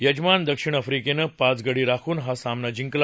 यजमान दक्षिण आफ्रिकेनं पाच गडी राखुन हा सामना जिंकला